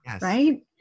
right